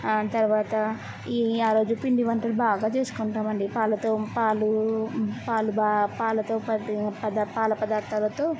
తర్వాత ఈ ఆ రోజు పిండి వంటలు బాగా చేసుకుంటామండి పాలతో పాలూ పాలుబా పాలతో పాటూ పదా పాల పదార్థాలతో